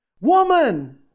Woman